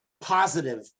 positive